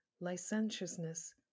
licentiousness